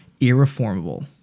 irreformable